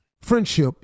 Friendship